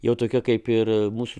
jau tokie kaip ir mūsų